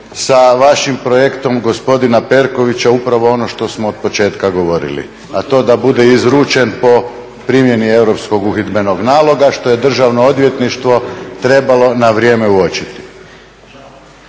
sa vašim projektom gospodina Perkovića upravo ono što smo od početka govorili, a to da bude izručen po primjeni europskog uhidbenog naloga što je državno odvjetništvo trebalo na vrijeme uočiti.